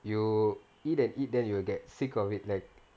you eat and eat then you will get sick of it like